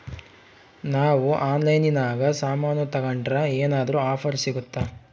ನಾವು ಆನ್ಲೈನಿನಾಗ ಸಾಮಾನು ತಗಂಡ್ರ ಏನಾದ್ರೂ ಆಫರ್ ಸಿಗುತ್ತಾ?